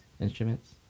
instruments